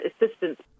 assistance